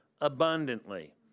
abundantly